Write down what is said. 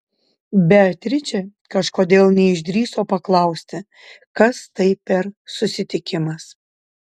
beatričė kažkodėl neišdrįso paklausti kas tai per susitikimas